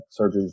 surgeries